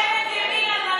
ממשלת ימין על מלא.